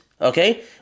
okay